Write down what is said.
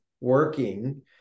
working